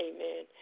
Amen